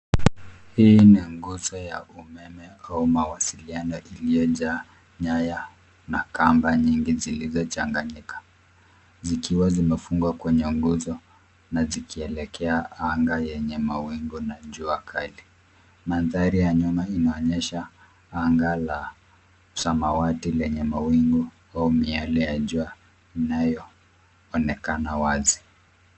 Hii ni nguzo ya umeme au mawasiliano iliyojaa nyaya na kamba nyingi zilizochanganyika zikiwa zimefungwa kwenye nguzo na zikielekea anga yenye mawingu na jua kali. Mandhari ya nyuma inaonyesha anga la samawati lenye mawingu au miale ya jua inayoonekana wazi.